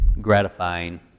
gratifying